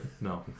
No